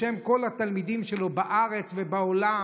בשם כל התלמידים שלו בארץ ובעולם,